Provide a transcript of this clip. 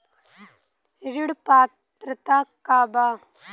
ऋण पात्रता का बा?